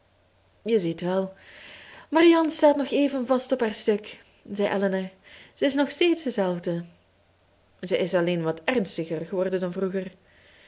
je ziet wel marianne staat nog even vast op haar stuk zei elinor ze is nog steeds dezelfde ze is alleen wat ernstiger geworden dan vroeger